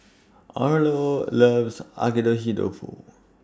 Orlo loves Agedashi Dofu